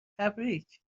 تبریک